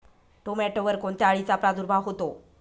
टोमॅटोवर कोणत्या अळीचा प्रादुर्भाव होतो?